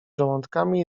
żołądkami